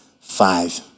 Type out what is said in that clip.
five